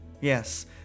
Yes